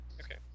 Okay